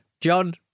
John